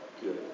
good